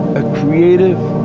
a creative,